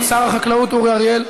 שר החקלאות אורי אריאל.